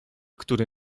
który